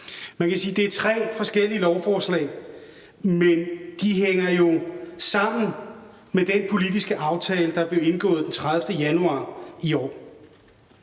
fra min side af. Det er tre forskellige lovforslag, men de hænger jo sammen med den politiske aftale, der blev indgået den 30. januar i år.